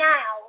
Now